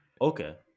Okay